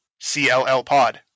CLLPOD